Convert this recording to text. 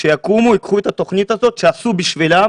צריכים לקום ולקחת את התוכנית הזו שעשו בשבילם.